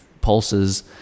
pulses